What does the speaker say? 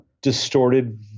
distorted